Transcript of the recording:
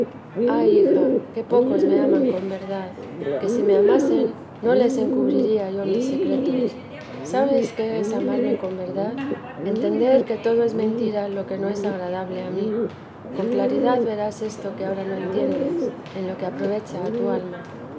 ay hija qué pocos me aman con verdad que si me amasen no les encubriría yo mis secretos sabes qué es amarme con verdad entender que todo es mentira lo que no es agradable a mi con claridad verás esto que ahora no entien vida de la sania madre des en lo que aprovecha a tu alma